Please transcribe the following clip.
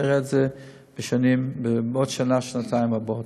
נראה את זה בשנה-שנתיים הבאות.